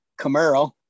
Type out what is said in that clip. Camaro